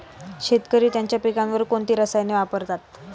शेतकरी त्यांच्या पिकांवर कोणती रसायने वापरतात?